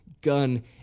gun